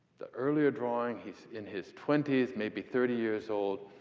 the earlier drawing, he's in his twenty s, maybe thirty years old.